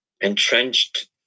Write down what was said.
entrenched